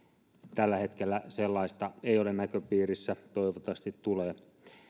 tällä hetkellä sellaista ei ole näköpiirissä toivottavasti tulee